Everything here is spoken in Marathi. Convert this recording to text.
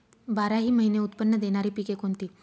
बाराही महिने उत्त्पन्न देणारी पिके कोणती?